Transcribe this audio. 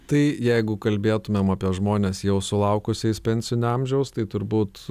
tai jeigu kalbėtumėm apie žmones jau sulaukusiais pensinio amžiaus tai turbūt